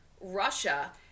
Russia